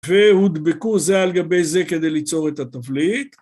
והודבקו זה על גבי זה כדי ליצור את התבליט.